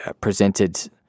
presented